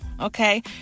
Okay